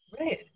right